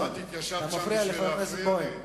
התיישבת שם בשביל להפריע לי?